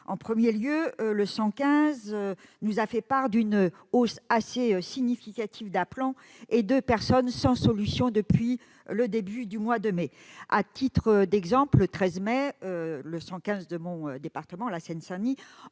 En premier lieu, le 115 nous a fait part d'une hausse assez significative d'appelants et de personnes sans solution depuis le début du mois de mai. À titre d'exemple, le 13 mai dernier, le 115 de mon département, la Seine-Saint-Denis,